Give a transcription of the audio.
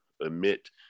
emit